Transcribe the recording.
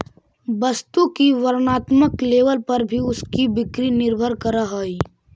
वस्तु की वर्णात्मक लेबल पर भी उसकी बिक्री निर्भर करअ हई